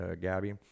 Gabby